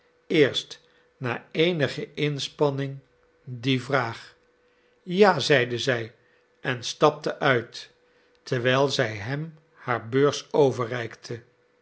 eerst na eenige inspanning die vraag ja zeide zij en stapte uit terwijl zij hem haar beurs overreikte